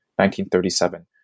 1937